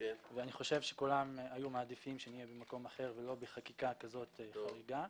כולם היו מעדיפים שנהיה במקום אחר ולא בחקיקה כזאת חריגה.